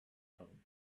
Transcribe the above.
home